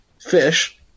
fish